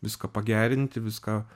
viską pagerinti viską